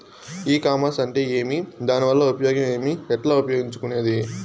ఈ కామర్స్ అంటే ఏమి దానివల్ల ఉపయోగం ఏమి, ఎట్లా ఉపయోగించుకునేది?